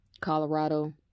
Colorado